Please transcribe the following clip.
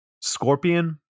Scorpion